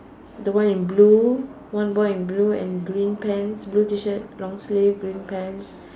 the one in blue one boy in blue and green pants blue T shirt long sleeve green pants